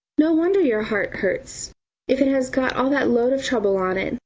no wonder your heart hurts if it has got all that load of trouble on it,